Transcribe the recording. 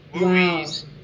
movies